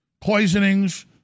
poisonings